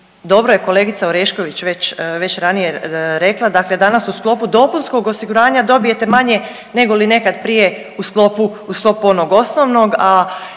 dobro je kolegica Orešković već ranije rekla, dakle da nas u sklopu dopunskog osiguranja dobijete manje negoli nekad prije u sklopu onog osnovnog,